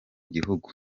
gihugu